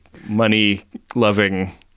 money-loving